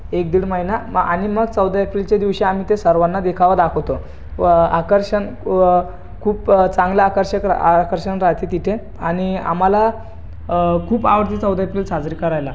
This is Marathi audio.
एक दीड महिना म आणि मग चौदा एप्रिलच्या दिवशी आम्ही ते सर्वांना देखावा दाखवतो व आकर्षण व खूप चांगलं आकर्षक रा आकर्षण राहते तिथे आणि आम्हाला खूप आवडते चौदा एप्रिल साजरी करायला